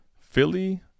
Philly